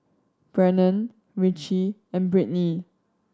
Brennen Richie and Brittnee